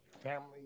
family